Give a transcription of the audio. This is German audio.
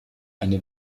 eine